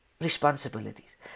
responsibilities